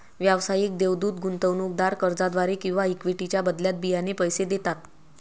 व्यावसायिक देवदूत गुंतवणूकदार कर्जाद्वारे किंवा इक्विटीच्या बदल्यात बियाणे पैसे देतात